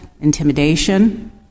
intimidation